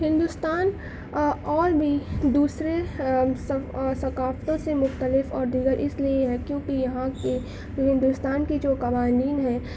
ہندوستان اور بھی دوسرے ثقافتوں سے مختلف اور دیگر اس لئے ہے کیونکہ یہاں کی ہندوستان کی جو قوانین ہیں